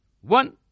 one